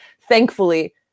thankfully